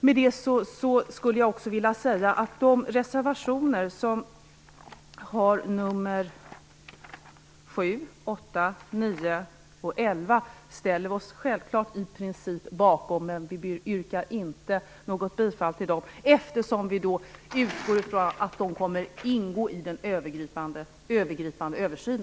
I princip ställer vi oss bakom reservationerna 7, 8, 9 och 11. Men vi yrkar inte bifall till dem, eftersom vi utgår från att det som där sägs kommer att ingå i en övergripande översyn.